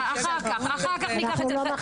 אנחנו לא מכניסים פוליטיקה.